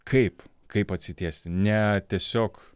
kaip kaip atsitiesti ne tiesiog